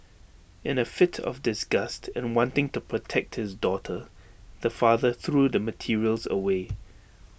in A fit of disgust and wanting to protect his daughter the father threw the materials away